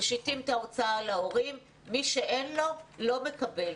משיטים את ההוצאה להורים מי שאין לו- לא מקבל,